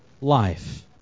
life